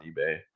eBay